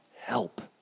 help